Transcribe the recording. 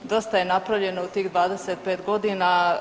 Dosta je napravljeno u tih 25 godina.